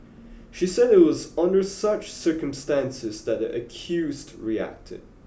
she said it was under such circumstances that the accused reacted